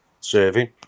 serving